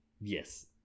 Yes